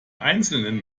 einzelnen